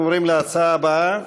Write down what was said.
אנחנו עוברים להצעה הבאה,